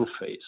phase